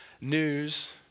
news